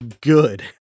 good